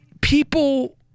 people